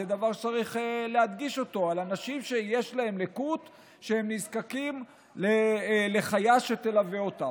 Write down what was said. זה דבר שצריך להדגיש: אנשים שיש להם לקות והם נזקקים לחיה שתלווה אותם.